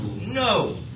No